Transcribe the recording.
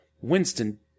Winston